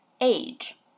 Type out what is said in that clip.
Age